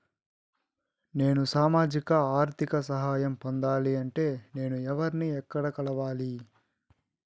నేను సామాజిక ఆర్థిక సహాయం పొందాలి అంటే నేను ఎవర్ని ఎక్కడ కలవాలి?